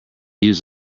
used